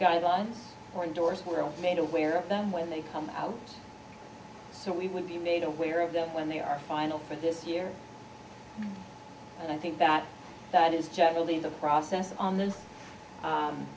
guidelines or indorse world made aware of them when they come out so we would be made aware of that when they are final for this year and i think that that is generally the process on